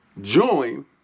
Join